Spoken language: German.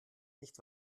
nicht